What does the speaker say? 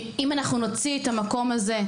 אם אנחנו נוציא את המקום הזה,